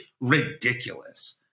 ridiculous